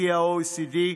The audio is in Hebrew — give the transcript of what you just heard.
לפי ה-OECD,